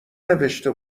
نوشته